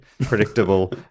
predictable